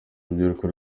urubyiruko